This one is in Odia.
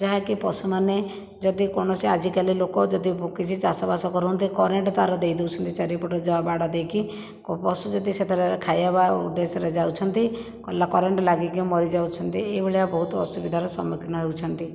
ଯାହାକି ପଶୁମାନେ ଯଦି କୌଣସି ଆଜିକାଲି ଲୋକ ଯଦି କିଛି ଚାଷବାସ କରନ୍ତେ କରେଣ୍ଟ ତାର ଦେଇଦେଉଛନ୍ତି ଚାରିପଟେ ଯାହା ବାଡ଼ ଦେଇକି କେଉଁ ପଶୁ ଯଦି ସେତେବେଳେ ଖାଇବା ଉଦ୍ଦେଶ୍ୟରେ ଯାଉଛନ୍ତି କରେଣ୍ଟ ଲାଗିକି ମରିଯାଉଛନ୍ତି ଏଇଭଳିଆ ବହୁତ ଅସୁବିଧାର ସମ୍ମୁଖୀନ ହେଉଛନ୍ତି